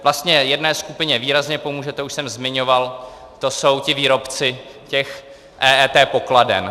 Vlastně jedné skupině výrazně pomůže, to už jsem zmiňoval, to jsou ti výrobci EET pokladen.